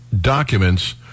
documents